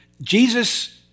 Jesus